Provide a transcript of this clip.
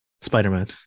Spider-Man